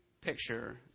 picture